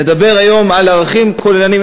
נדבר היום על ערכים כוללניים,